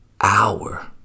Hour